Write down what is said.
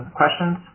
questions